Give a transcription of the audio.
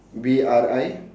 B R I